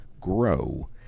grow